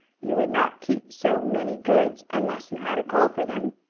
you would not keep so many goods unless you had a call for them.